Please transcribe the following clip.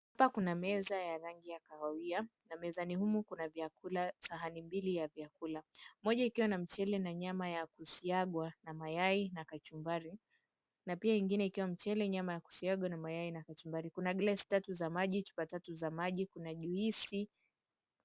Hapa kuna meza ya rangi ya kahawia na mezani humu kuna chakula, sahani mbili za chakula, moja ikiwa na mchele na nyama ya kusiagwa, mayai na kachumbari na ingine na mchele na nyama ya kusiagwa na kachumbari, kuna glasi tatu za maji, chupa tatu za maji na juice .